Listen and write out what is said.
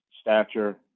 stature